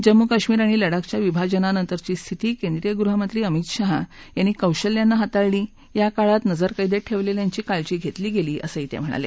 जम्मू काश्मीर आणि लडाखच्या विभाजनानंतरची स्थिती केंद्रीय गृहमंत्री अमित शहा यांनी कौशल्यानं हाताळली या काळात नजर क्रिंत ठेवलेल्यांची ही काळजी घेतली गेली असंही ते म्हणाले